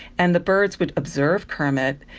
and the birds would observe kermit,